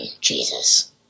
Jesus